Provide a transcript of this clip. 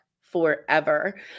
forever